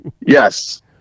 Yes